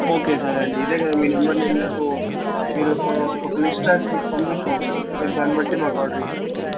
okay సరే అండి ఇదే కదా మీ నంబర్ నేను మీకు మీరు ఒక లిస్ట్ రాసి మీకు పంపిస్తాను మీరు దాన్ని బట్టి మాకు ఆర్డర్ ఇచ్చెయ్యండి ఓకే